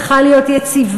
צריכה להיות יציבה.